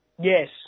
Yes